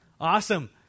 Awesome